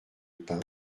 lupin